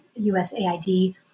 USAID